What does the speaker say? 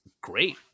great